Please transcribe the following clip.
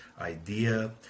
idea